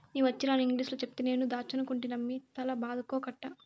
నీ వచ్చీరాని ఇంగిలీసులో చెప్తే నేను దాచ్చనుకుంటినమ్మి తల బాదుకోకట్టా